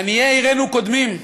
עניי עירנו קודמים.